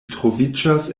troviĝas